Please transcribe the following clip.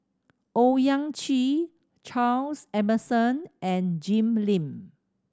Owyang Chi Charles Emmerson and Jim Lim